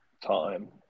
time